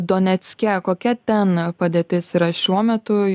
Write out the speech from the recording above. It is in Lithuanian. donecke kokia ten padėtis yra šiuo metu